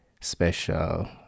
special